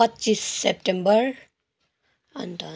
पच्चिस सेप्टेम्बर अन्त